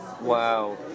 Wow